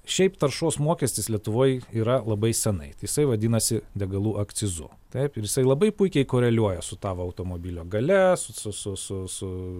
šiaip taršos mokestis lietuvoj yra labai senai tai jisai vadinasi degalų akcizu taip ir jisai labai puikiai koreliuoja su tavo automobilio gale su su su su